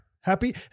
Happy